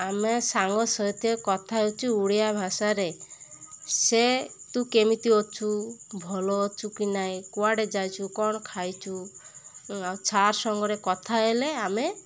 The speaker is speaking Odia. ଆମେ ସାଙ୍ଗ ସହିତ କଥା ହେଉଛୁ ଓଡ଼ିଆ ଭାଷାରେ ସେ ତୁ କେମିତି ଅଛୁ ଭଲ ଅଛୁ କି ନାହିଁ କୁଆଡ଼େ ଯାଇଛୁ କ'ଣ ଖାଇଛୁ ଆଉ ଛାର୍ ସାଙ୍ଗରେ କଥା ହେଲେ ଆମେ